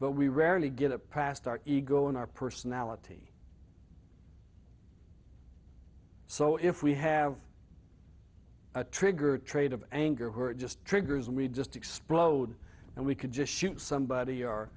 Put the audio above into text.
but we rarely get past our ego in our personality so if we have a triggered trait of anger or just triggers and we just explode and we could just shoot somebody or